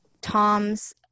Tom's